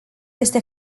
este